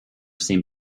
seem